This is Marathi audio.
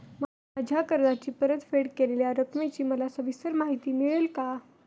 माझ्या कर्जाची परतफेड केलेल्या रकमेची मला सविस्तर माहिती मिळेल का?